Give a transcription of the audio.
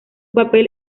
papel